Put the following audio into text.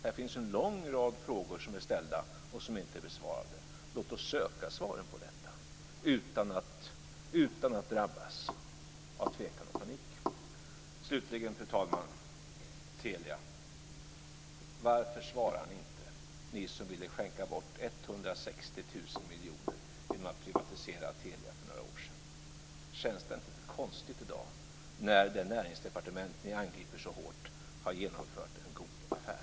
Här finns en lång rad frågor ställda som inte är besvarade. Låt oss söka svaren på dem utan att drabbas av tvekan och panik. Slutligen, fru talman, Telia. Varför svarar ni inte, ni som ville skänka bort 160 000 miljoner genom att privatisera Telia för några år sedan? Känns det inte konstigt i dag när det näringsdepartement som ni angriper så hårt har genomfört en god affär.